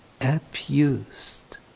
abused